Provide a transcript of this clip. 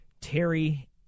Terry